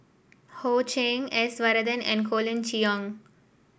Ho Ching S Varathan and Colin Cheong